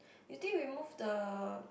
you think remove the